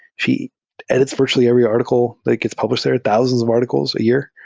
she edits virtually every article that gets published there, thousands of articles a year.